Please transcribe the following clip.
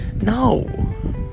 No